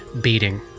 beating